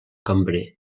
cambrer